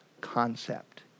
concept